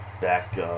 back